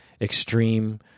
extreme